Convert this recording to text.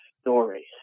stories